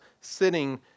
sitting